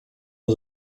was